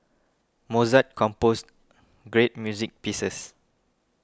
Mozart composed great music pieces